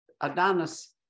Adonis